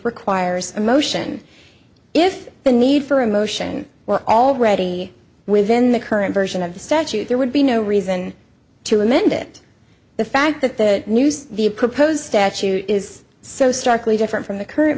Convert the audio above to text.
requires a motion if the need for a motion were already within the current version of the statute there would be no reason to amend it the fact that the news the proposed patch is so starkly different from the current